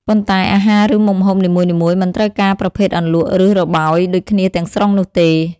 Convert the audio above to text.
ប៉ុន្តែ អាហារឬមុខម្ហូបនីមួយៗ មិនត្រូវការប្រភេទអន្លក់ ឬរបោយដូចគ្នាទាំងស្រុងនោះទេ។